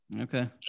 Okay